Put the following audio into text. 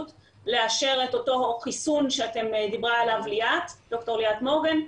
לאשר את אותו חיסון שדיברה עליו ד"ר ליאת מורגן.